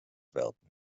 werden